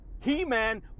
He-Man